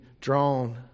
drawn